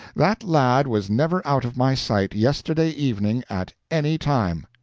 that lad was never out of my sight yesterday evening at any time!